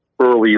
early